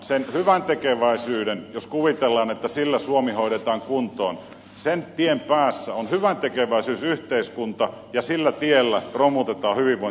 sen hyväntekeväisyyden jos kuvitellaan että sillä suomi hoidetaan kuntoon tien päässä on hyväntekeväisyysyhteiskunta ja sillä tiellä romutetaan hyvinvointivaltio